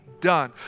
done